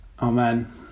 Amen